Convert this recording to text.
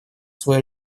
свой